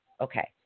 okay